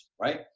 right